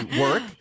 work